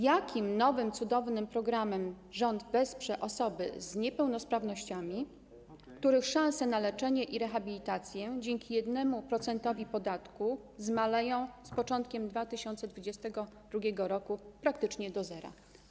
Jakim nowym cudownym programem rząd wesprze osoby z niepełnosprawnościami, których szanse na leczenie i rehabilitację dzięki 1% podatku zmaleją z początkiem 2022 r. praktycznie do zera?